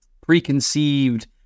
preconceived